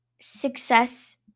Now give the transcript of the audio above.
success